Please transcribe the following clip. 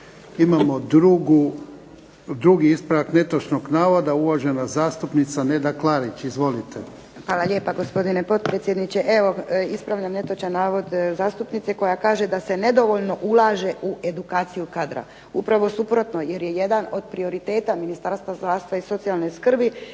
Imamo drugi ispravak netočnog navoda. Uvažena zastupnica Neda Klarić, izvolite. **Klarić, Nedjeljka (HDZ)** Hvala lijepa, gospodine potpredsjedniče. Evo ispravljam netočan navod zastupnice koja kaže da se nedovoljno ulaže u edukaciju kadra. Upravo suprotno, jer je jedan od prioriteta Ministarstva zdravstva i socijalne skrbi